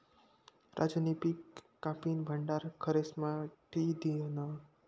राजूनी पिक कापीन भंडार घरेस्मा ठी दिन्हं